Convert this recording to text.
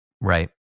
right